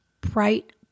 Bright